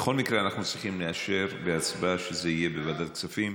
בכל מקרה אנחנו צריכים לאשר בהצבעה שזה יהיה בוועדת הכספים.